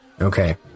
Okay